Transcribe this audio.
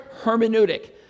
hermeneutic